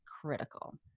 critical